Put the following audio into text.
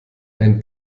ein